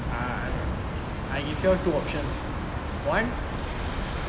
err I give you all two options one